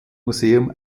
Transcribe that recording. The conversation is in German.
museum